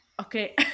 okay